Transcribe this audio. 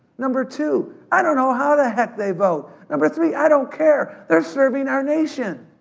number two, i don't know how the heck they vote, number three, i don't care. they're serving our nation,